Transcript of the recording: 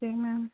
okay ma'am